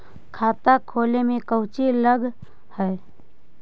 खाता खोले में कौचि लग है?